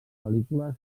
pel·lícules